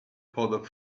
powder